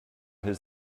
his